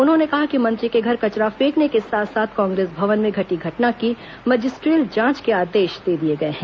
उन्होंने कहा कि मंत्री के घर कचरा फेंकने के साथ साथ कांग्रेस भवन में घटी घटना की मजिस्ट्रिल जांच के आदेश दे दिए गए हैं